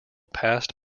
passed